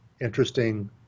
interesting